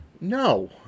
No